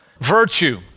virtue